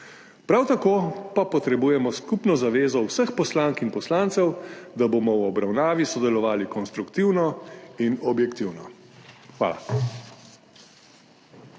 Prav tako pa potrebujemo skupno zavezo vseh poslank in poslancev, da bomo v obravnavi sodelovali konstruktivno in objektivno. Hvala.